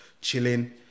chilling